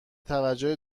توجه